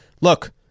Look